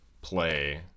play